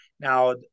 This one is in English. Now